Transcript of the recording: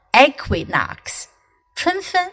equinox,春分